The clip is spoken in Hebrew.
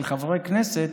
של חברי כנסת.